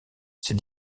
ses